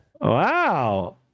Wow